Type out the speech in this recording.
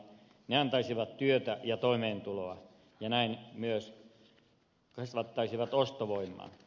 ne antaisivat työtä ja toimeentuloa ja näin myös kasvattaisivat ostovoimaa